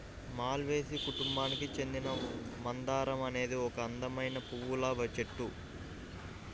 మాల్వేసి కుటుంబానికి చెందిన మందారం అనేది ఒక అందమైన పువ్వుల చెట్టు